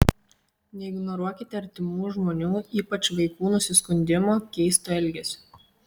neignoruokite artimų žmonių ypač vaikų nusiskundimų keisto elgesio